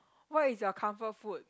what is your comfort food